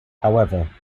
however